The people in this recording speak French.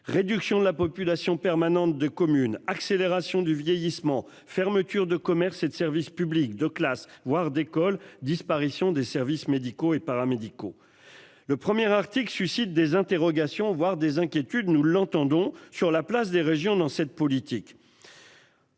Réduction de la population permanente de communes accélération du vieillissement fermetures de commerces et de services publics de classes voire d'école disparition des services médicaux et paramédicaux. Le premier article suscite des interrogations, voire des inquiétudes nous l'entendons. Sur la place des régions dans cette politique.